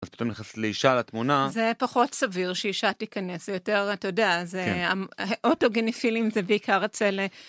אישה לתמונה זה פחות סביר שאישה תיכנס יותר אתה יודע זה אוטוגניפילים זה בעיקר אצל.